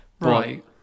Right